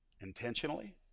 Intentionally